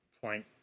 point